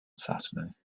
saturday